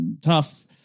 tough